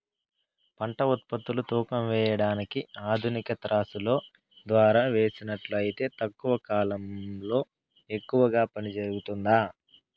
పంట ఉత్పత్తులు తూకం వేయడానికి ఆధునిక త్రాసులో ద్వారా వేసినట్లు అయితే తక్కువ కాలంలో ఎక్కువగా పని జరుగుతుందా?